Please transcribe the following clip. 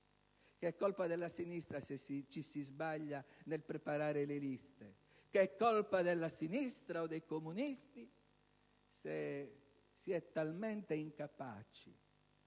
che è colpa della sinistra se ci si sbaglia nel preparare le liste; che è colpa della sinistra, o dei comunisti, se si è talmente incapaci